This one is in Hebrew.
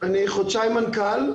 אני חודשיים מנכ"ל,